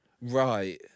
Right